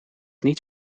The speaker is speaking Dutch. niet